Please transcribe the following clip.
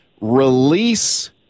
release